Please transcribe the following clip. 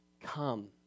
come